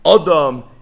Adam